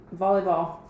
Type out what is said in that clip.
volleyball